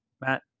matt